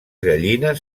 gallines